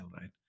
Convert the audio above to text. right